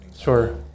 Sure